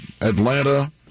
Atlanta